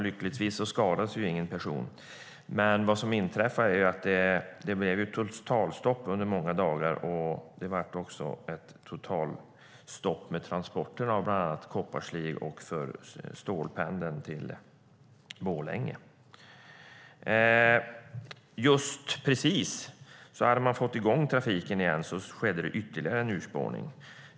Lyckligtvis skadades ingen, men det blev totalstopp under många dagar för transporter av bland annat kopparslig och för stålpendeln till Borlänge. När trafiken precis kommit i gång skedde ytterligare en urspårning.